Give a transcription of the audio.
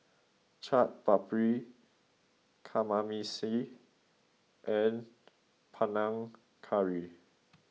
Chaat Papri Kamameshi and Panang Curry